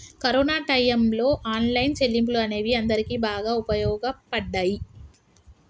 corona టైయ్యంలో online చెల్లింపులు అనేవి అందరికీ బాగా వుపయోగపడ్డయ్యి